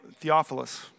Theophilus